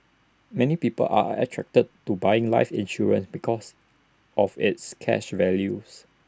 many people are attracted to buying life insurance because of its cash values